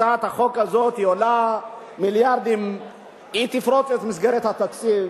הצעת החוק הזאת עולה מיליארדים והיא תפרוץ את מסגרת התקציב.